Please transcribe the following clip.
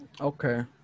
Okay